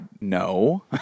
no